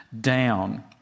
down